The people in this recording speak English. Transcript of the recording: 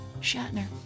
Shatner